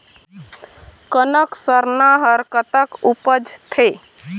कनक सरना हर कतक उपजथे?